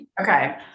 okay